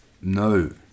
no